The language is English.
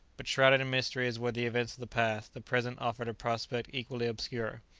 but shrouded in mystery as were the events of the past, the present offered a prospect equally obscure.